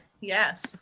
yes